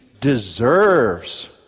deserves